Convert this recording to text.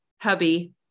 hubby